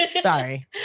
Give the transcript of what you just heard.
Sorry